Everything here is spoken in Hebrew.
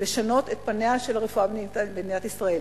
לשנות את פניה של הרפואה במדינת ישראל.